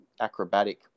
acrobatic